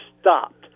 stopped